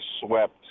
swept